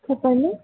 చెప్పండి